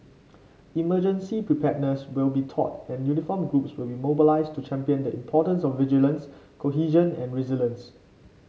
emergency preparedness will be taught and uniformed groups will be mobilised to champion the importance of vigilance cohesion and resilience